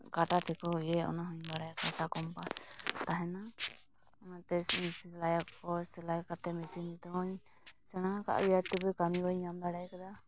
ᱠᱟᱴᱟ ᱛᱮᱠᱚ ᱤᱭᱟᱹᱭᱟ ᱚᱱᱟ ᱦᱚᱸᱧ ᱵᱟᱲᱟᱭᱟ ᱠᱟᱴᱟ ᱠᱚᱢᱯᱟᱥ ᱛᱟᱦᱮᱱᱟ ᱚᱱᱟᱛᱮ ᱥᱤᱞᱟᱹᱭᱟᱠᱚ ᱥᱤᱞᱟᱹᱭ ᱠᱟᱛᱮᱫ ᱢᱮᱥᱤᱱ ᱛᱮᱦᱚᱸᱧ ᱥᱮᱬᱟ ᱟᱠᱟᱫ ᱜᱮᱭᱟ ᱛᱚᱵᱩ ᱠᱟᱹᱢᱤ ᱵᱟᱹᱧ ᱧᱟᱢ ᱫᱟᱲᱮ ᱟᱠᱟᱫᱟ